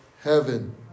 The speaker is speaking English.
heaven